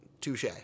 Touche